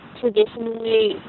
traditionally